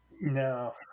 No